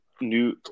new